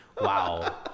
Wow